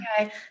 okay